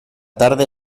tarde